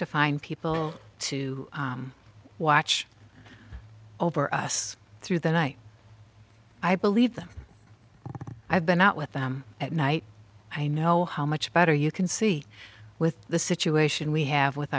to find people to watch over us through the night i believed them i've been out with them at night i know how much better you can see with the situation we have with